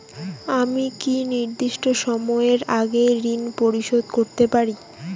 আমি কি নির্দিষ্ট সময়ের আগেই ঋন পরিশোধ করতে পারি?